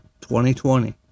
2020